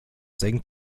senkt